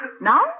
Now